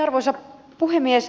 arvoisa puhemies